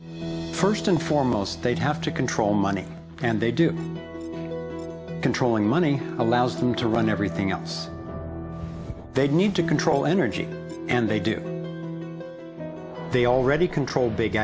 first and foremost they'd have to control money and they do controlling money allows them to run everything else they need to control energy and they do they already control big